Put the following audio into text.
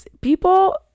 people